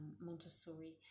Montessori